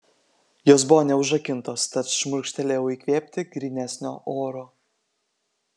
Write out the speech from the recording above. jos buvo neužrakintos tad šmurkštelėjau įkvėpti grynesnio oro